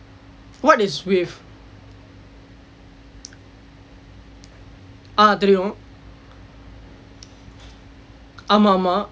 what is wave ah தெரியும் ஆமாம் ஆமாம்:theriyum aamaam aamaam